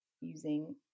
using